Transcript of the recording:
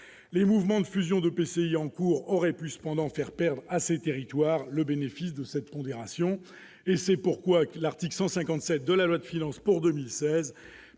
Les mouvements en cours de fusion d'EPCI auraient pu cependant faire perdre à ces territoires le bénéfice de cette pondération. En conséquence, l'article 157 de la loi de finances pour 2016